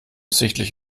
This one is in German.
sichtlich